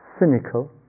cynical